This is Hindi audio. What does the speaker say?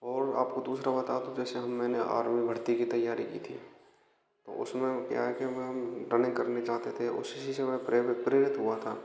और आपको दूसरा बता दूँ जैसे हम मैंने आर्मी भर्ती कि तैयारी की थी तो उसमें वो क्या है कि हम रनिंग करने जाते थे उसी समय प्रेरित प्रेरित हुआ था